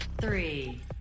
three